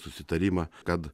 susitarimą kad